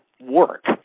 Work